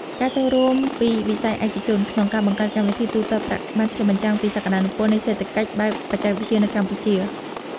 ការចូលរួមពីវិស័យឯកជនក្នុងការបង្កើតកម្មវិធីទូទាត់ប្រាក់បានឆ្លុះបញ្ចាំងពីសក្តានុពលនៃសេដ្ឋកិច្ចបែបបច្ចេកវិទ្យានៅកម្ពុជា។